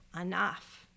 enough